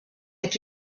est